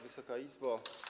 Wysoka Izbo!